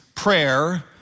prayer